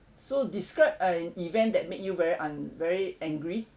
so describe an event that make you very un~ very angry